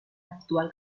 actual